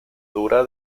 dura